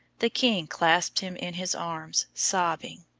the king clasped him in his arms, sobbing,